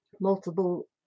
multiple